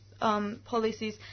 Policies